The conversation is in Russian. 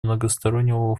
многостороннего